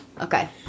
Okay